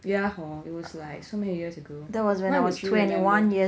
yeah hor it was like so many years ago now you still remember